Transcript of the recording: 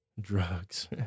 Drugs